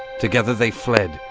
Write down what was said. together they fled,